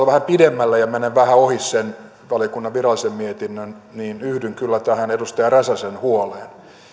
vähän pidemmälle ja menen vähän ohi sen valiokunnan virallisen mietinnön niin yhdyn kyllä tähän edustaja räsäsen huoleen